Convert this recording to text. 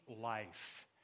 life